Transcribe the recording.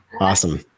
awesome